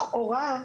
לכאורה,